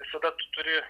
visada tu turi